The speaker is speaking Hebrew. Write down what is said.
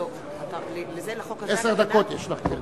יש לך עשר דקות.